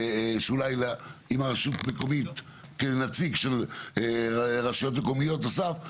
אולי עם נציג של רשויות מקומיות נוסף,